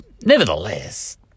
Nevertheless